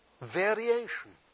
variation